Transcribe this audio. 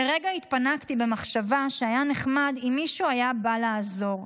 לרגע התפנקתי במחשבה שהיה נחמד אם מישהו היה בא לעזור,